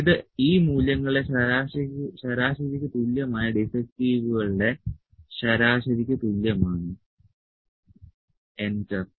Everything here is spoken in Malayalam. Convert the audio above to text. ഇത് ഈ മൂല്യങ്ങളുടെ ശരാശരിക്ക് തുല്യമായ ഡിഫെക്ടുകളുടെ ശരാശരിക്ക് തുല്യമാണ് എന്റർ